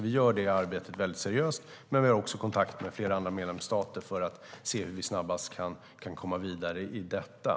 Vi gör detta arbete mycket seriöst, men vi har också kontakt med flera andra medlemsstater för att se hur vi snabbast kan komma vidare i detta.